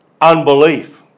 unbelief